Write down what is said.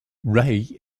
ray